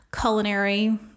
culinary